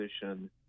Position